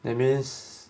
that means